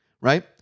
right